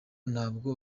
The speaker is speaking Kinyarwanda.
ntabwo